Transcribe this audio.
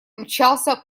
мчался